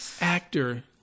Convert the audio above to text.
actor